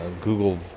Google